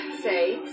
Say